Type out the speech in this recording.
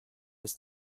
was